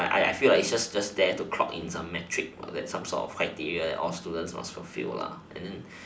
I I feel like it's just just there to clock in some metric like some sort of criteria that all students must fulfill and then